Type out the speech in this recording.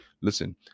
Listen